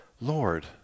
Lord